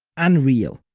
unreal.